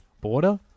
Border